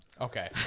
Okay